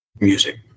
music